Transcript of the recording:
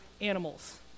animals